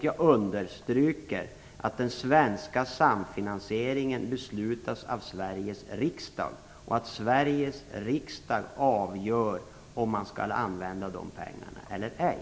Jag understryker också att den svenska samfinansieringen beslutas av Sveriges riksdag, som avgör om man skall använda de pengarna eller ej.